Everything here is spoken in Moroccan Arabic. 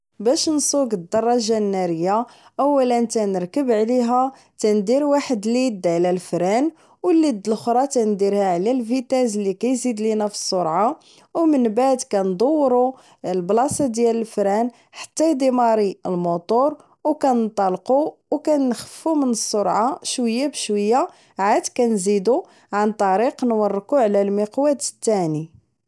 باش نصوك الدراجة النارية اولا كنركب عليها تنديرو واحد اليد على الفران و اليد الاخرى كنديرها على الفيتاز اللي كيزيد لينا بالسرعة و من بعد كندورو البلاصة ديال الفران حتى يديماري الموتور ر كنطالقو و كنخففو من السرعة شوية بالشوية عاد كنزيدو عن طريق نوركو على المقود التاني